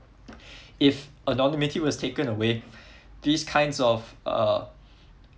if anonymity was taken away these kinds of uh